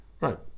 Right